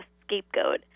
scapegoat